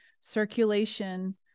circulation